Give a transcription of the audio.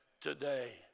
today